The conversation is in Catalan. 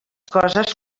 coses